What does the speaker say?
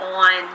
on